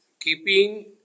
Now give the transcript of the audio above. keeping